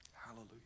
Hallelujah